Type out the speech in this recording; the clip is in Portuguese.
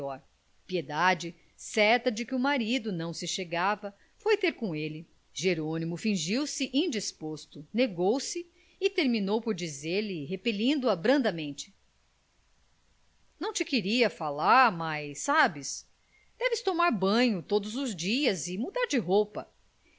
piedade certa de que o marido não se chegava foi ter com ele jerônimo fingiu-se indisposto negou se e terminou por dizer-lhe repelindo a brandamente não te queria falar mas sabes deves tomar banho todos os dias e mudar de roupa